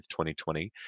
2020